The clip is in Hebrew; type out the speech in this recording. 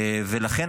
ולכן,